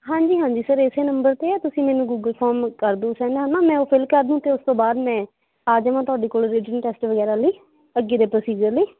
ਹਾਂਜੀ ਹਾਂਜੀ ਸਰ ਇਸ ਨੰਬਰ 'ਤੇ ਤੁਸੀਂ ਮੈਨੂੰ ਗੂਗਲ ਫਾਰਮ ਕਰ ਦਿਓ ਸੈਂਡ ਹੈ ਨਾ ਮੈਂ ਉਹ ਫਿਲ ਕਰਦੂੰ ਅਤੇ ਉਸ ਤੋਂ ਬਾਅਦ ਮੈਂ ਆ ਜਾਵਾਂ ਤੁਹਾਡੇ ਕੋਲ ਰੀਜ਼ਨ ਟੈਸਟ ਵਗੈਰਾ ਲਈ ਅੱਗੇ ਦੇ ਪ੍ਰੋਸੀਜਰ ਲਈ